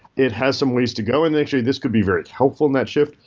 it has some ways to go. and actually, this could be very helpful in that shift.